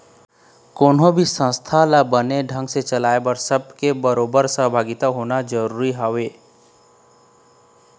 कोनो भी संस्था ल बने ढंग ने चलाय बर सब के बरोबर सहभागिता होना जरुरी हवय